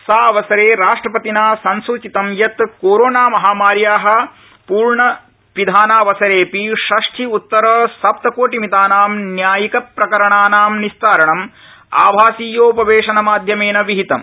सावसरे राष्ट्रपतिना संसूचितं यत् कोरोना महामार्याः पूर्णपिधानावसरेऽपि षष्टि उत्तर सप्तकोटिमितानां न्यायिकप्रकरणानी निस्तारणम् आभासीयोपवेशनमाध्यमेन विहितम्